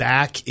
Back